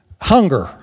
hunger